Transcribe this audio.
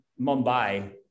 mumbai